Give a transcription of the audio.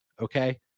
Okay